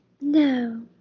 no